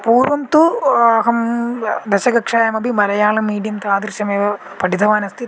पूर्वं तु अहं दशमकक्षायामपि मलयालं मीडियम् तादृशमेव पठितवान् अस्ति